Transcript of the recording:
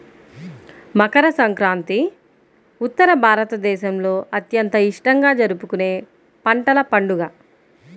మకర సంక్రాంతి ఉత్తర భారతదేశంలో అత్యంత ఇష్టంగా జరుపుకునే పంటల పండుగ